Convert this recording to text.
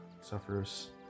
suffers